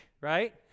right